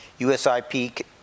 USIP